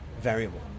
variable